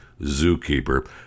zookeeper